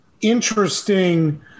interesting